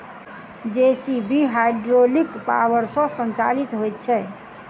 JCB hydraulic power सॅ संचालित होइत छै